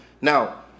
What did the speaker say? Now